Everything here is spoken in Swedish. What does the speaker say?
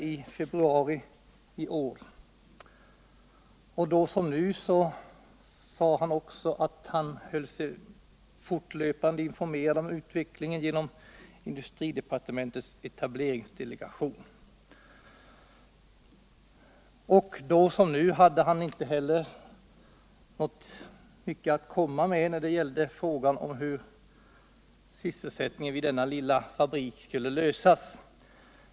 Då, liksom nu, sade industriministern att han höll sig fortlöpande informerad om utvecklingen genom industridepartementets etableringsdelegation. Då, liksom nu, hade han inte mycket att komma med när det gäller frågan om hur sysselsättningen vid denna lilla fabrik skulle lösas.